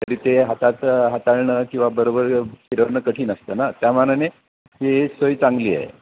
तरी ते हाताचं हाताळणं किंवा बरोबर फिरणं कठीण असतं ना त्यामानाने ती एक सोय चांगली आहे